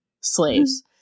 slaves